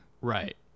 right